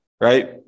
right